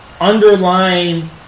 underlying